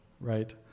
right